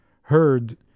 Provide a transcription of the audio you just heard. heard